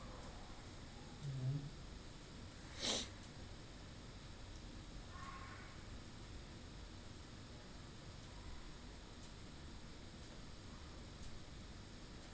mmhmm